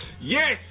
yes